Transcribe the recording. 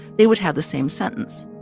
they would have the same sentence.